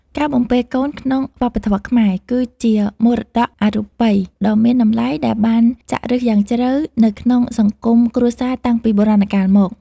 ការបំពេកូនក្នុងវប្បធម៌ខ្មែរ គឺជាមរតកអរូបីដ៏មានតម្លៃដែលបានចាក់ឫសយ៉ាងជ្រៅនៅក្នុងសង្គមគ្រួសារតាំងពីបុរាណកាលមក។